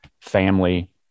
family